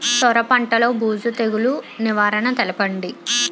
సొర పంటలో బూజు తెగులు నివారణ తెలపండి?